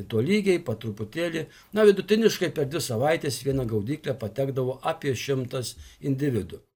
tolygiai po truputėlį na vidutiniškai per dvi savaites į vieną gaudyklę patekdavo apie šimtas individų